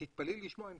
תתפלאי לשמוע,